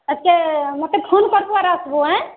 ଆଗେ ମୋତେ ଫୋନ୍ କରିବୁ ଇୟାଡ଼େ ଆସିବୁ ଏ